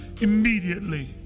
immediately